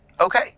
Okay